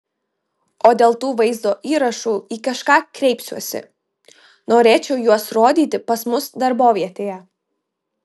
o dėl tų vaizdo įrašų į kažką kreipsiuosi norėčiau juos rodyti pas mus darbovietėje